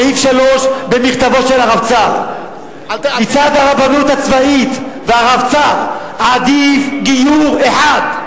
סעיף 3 במכתבו של הרבצ"ר: "מצד הרבנות הצבאית והרבצ"ר עדיף גיור אחד.